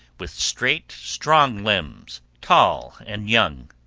with straight strong limbs, tall, and young.